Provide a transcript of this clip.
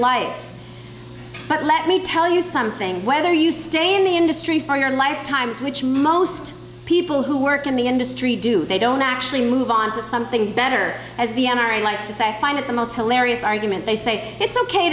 life but let me tell you something whether you stay in the industry for your lifetimes which most people who work in the industry do they don't actually move on to something better as the n r a likes to say find it the most hilarious argument they say it's ok